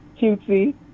cutesy